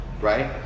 right